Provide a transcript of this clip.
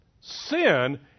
Sin